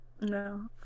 no